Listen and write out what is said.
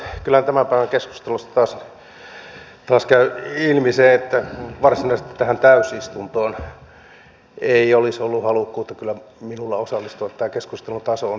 kyllä tämän päivän keskustelusta taas käy ilmi se että varsinaisesti tähän täysistuntoon ei olisi ollut halukkuutta kyllä minulla osallistua tämä keskustelun taso on sitä